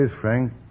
Frank